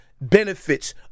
benefits